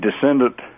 descendant